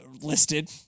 listed